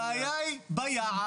הבעיה היא ביעד.